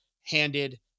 handed